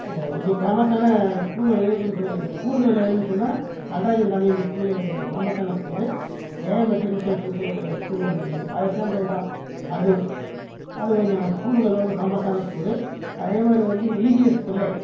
இங்கே ஃபேமஸ்ஸான ஸ்கூலும் இருக்குதுனு சொல்லி ஸ்கூலுங்கள் எதுன்னு சொன்னா நடராஜன் தமயந்தி ஸ்கூலு ஃபேமஸ்ஸான ஸ்கூலு ஏஎம் மெட்ரிக்குலேஷன்னு சொல்லிகிட்டு ஒரு ஸ்கூல்லு ஒன்று இருக்குது அதை சேர்ந்தது தான் அதுவும் அது கொஞ்சம் ஸ்கூலுங்களில் வந்து ஃபேமஸ்ஸான ஸ்கூல்லு அதே மாதிரி வந்து இஜிஎஸ் பிள்ளை